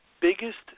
biggest